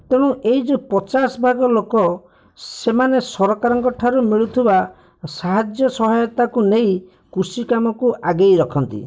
ତେଣୁ ଏଇ ଯୋଉ ପଚାଶ ଭାଗ ଲୋକ ସେମାନେ ସରକାରଙ୍କ ଠାରୁ ମିଳୁଥିବା ସାହାଯ୍ୟ ସହାୟତାକୁ ନେଇ କୃଷି କାମକୁ ଆଗେଇ ରଖନ୍ତି